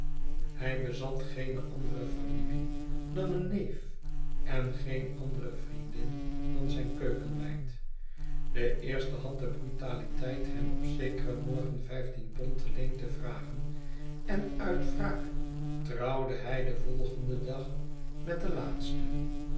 hij bezat geen andere familie dan een neef en geen andere vriendin dan zijn keukenmeid de eerste had de brutaliteit hem op zekeren morgen vijftien pond te leen te vragen en uit wraak trouwde hij den volgenden dag met de laatste